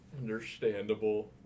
Understandable